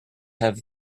have